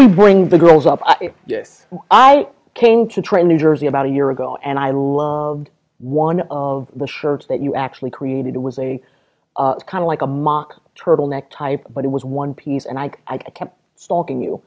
we bring the girls up yes i came to train new jersey about a year ago and i love one of the shirts that you actually created it was a kind of like a mock turtleneck type but it was one piece and i i kept stalking